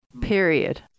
Period